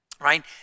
right